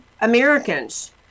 Americans